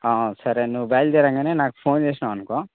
సరే నువ్వు బయలుదేరగానే నాకు ఫోన్ చేసినావనుకో